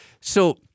So-